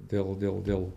dėl dėl dėl